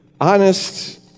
honest